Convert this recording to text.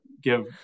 give